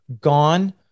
gone